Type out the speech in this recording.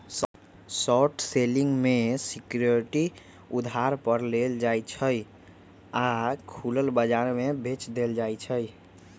short selling में security उधार पर लेल जाइ छइ आऽ खुलल बजार में बेच देल जाइ छइ